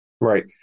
Right